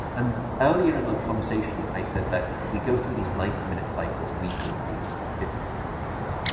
um earlier in the conversation, i said that we go through these ninety minute cycles, we, human beings, it's different for different animals,